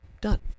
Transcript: done